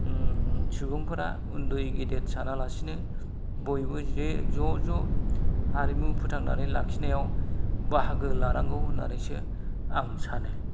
सुबुंफोरा उन्दै गेदेद सानालासेनो बयबो जे ज' ज' हारिमु फोथांनानै लाखिनायाव बाहागो लानांगौ होननानैसो आं सानो